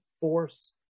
force